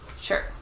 Sure